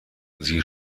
sie